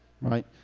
right